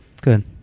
Good